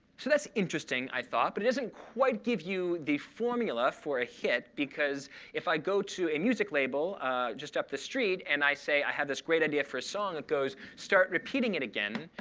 so that's interesting, i thought, but it doesn't quite give you the formula for a hit, because if i go to a music label just up the street and i say, i have this great idea for a song, it goes, start repeating it again,